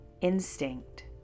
instinct